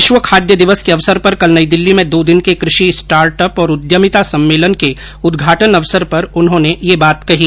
विश्व खाद्य दिवस के अवसर पर कल नई दिल्ली में दो दिन के कृषि स्टार्टअप और उद्यमिता सम्मेलन के उद्घाटन अवसर पर उन्होंने यह बात कही